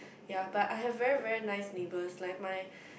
yea but I have very very nice neighbours like my